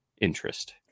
interest